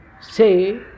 say